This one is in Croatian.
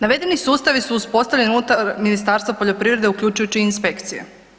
Navedeni sustavi su uspostavljeni unutar Ministarstva poljoprivrede uključujući i inspekcije.